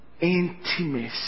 Intimacy